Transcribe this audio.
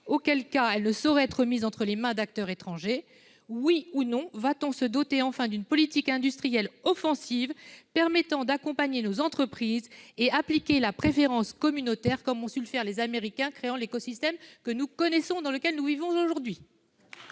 auquel cas elles ne sauraient être remises entre les mains d'acteurs étrangers ? Oui ou non allons-nous nous doter enfin d'une politique industrielle offensive permettant d'accompagner nos entreprises et appliquer la préférence communautaire, comme ont su le faire les Américains, créant l'écosystème que nous connaissons et dans lequel nous vivons aujourd'hui ?